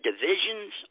divisions